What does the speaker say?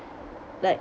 like